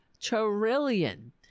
trillion